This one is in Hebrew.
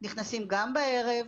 נכנסים גם בערב,